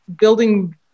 building